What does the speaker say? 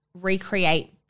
recreate